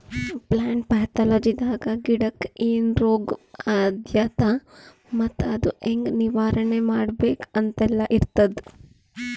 plant ಪ್ಯಾಥೊಲಜಿದಾಗ ಗಿಡಕ್ಕ್ ಏನ್ ರೋಗ್ ಹತ್ಯಾದ ಮತ್ತ್ ಅದು ಹೆಂಗ್ ನಿವಾರಣೆ ಮಾಡ್ಬೇಕ್ ಅಂತೆಲ್ಲಾ ಇರ್ತದ್